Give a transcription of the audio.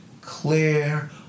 clear